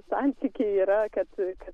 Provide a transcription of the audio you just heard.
santykiai yra kad kad